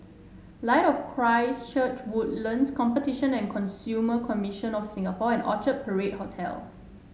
Light of Christ Church Woodlands Competition and Consumer Commission of Singapore and Orchard Parade Hotel